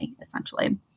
essentially